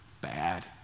Bad